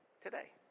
today